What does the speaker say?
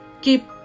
Keep